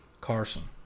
Carson